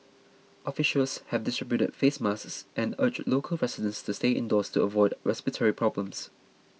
officials have distributed face masks and urged local residents to stay indoors to avoid respiratory problems